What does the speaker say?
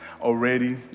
already